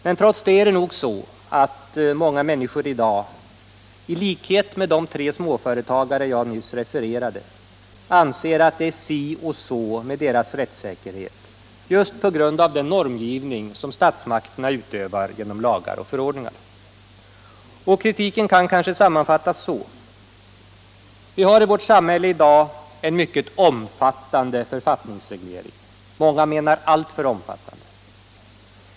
Men trots det är det nog så, att det är många människor i dag som -— i likhet med de tre småföretagare jag nyss refererade — anser att det är si och så med deras rättstrygghet just på grund av den normgivning som statsmakterna utövar genom lagar och förordningar. Och kritiken kan kanske sammanfattas så: Vi har i vårt samhälle i dag en mycket omfattande författningsreglering — många menar alltför omfattande.